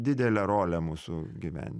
didelę rolę mūsų gyven